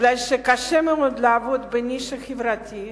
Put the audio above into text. בגלל שקשה מאוד לעבוד בנישה חברתית,